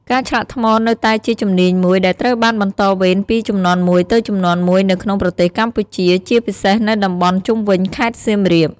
ការឆ្លាក់ថ្មនៅតែជាជំនាញមួយដែលត្រូវបានបន្តវេនពីជំនាន់មួយទៅជំនាន់មួយនៅក្នុងប្រទេសកម្ពុជា ជាពិសេសនៅតំបន់ជុំវិញខេត្តសៀមរាប។